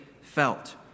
felt